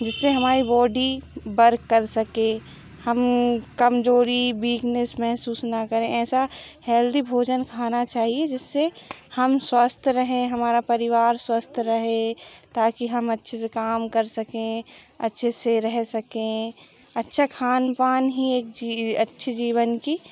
जिससे हमारी बॉडी बर्क कर सके हम कमज़ोरी बीक्नेस महसूस ना करें ऐसा हेल्थी भोजन खाना चाहिए जिससे हम स्वस्थ रहें हमारा परिवार स्वस्थ रहे ताकि हम अच्छे से काम कर सकें अच्छे से रह सकें अच्छा खान पान ही एक अच्छी जीवन की